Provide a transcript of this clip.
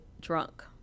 drunk